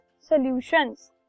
solutions